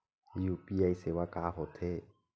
UPI सेवा का होथे?